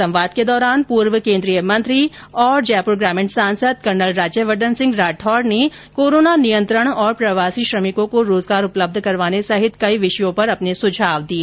संवाद के दौरान पूर्व केन्द्रीय मंत्री और सांसद कर्नल राज्यवर्द्वन सिंह राठौड ने कोरोना नियंत्रण और प्रवासी श्रमिकों को रोजगार उपलब्ध करवाने सहित कई विषयों पर अपने सुझाव दिए